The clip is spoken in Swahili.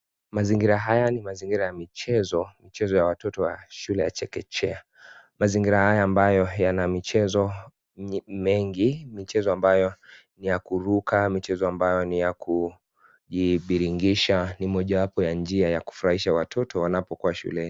Mazingira haya ni mazingira ya michezo ya watoto wa shule ya chekechea mazingira haya ambayo yana michezo mengi michezo ambayo ya kuruka michezo ambayo ni ya biringisha ni mojawapo ya njia ya kufurahisha watoto wanapokua shuleni